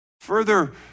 further